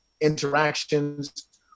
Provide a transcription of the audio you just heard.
interactions